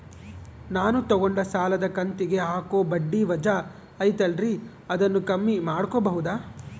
ನಾನು ತಗೊಂಡ ಸಾಲದ ಕಂತಿಗೆ ಹಾಕೋ ಬಡ್ಡಿ ವಜಾ ಐತಲ್ರಿ ಅದನ್ನ ಕಮ್ಮಿ ಮಾಡಕೋಬಹುದಾ?